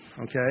Okay